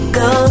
go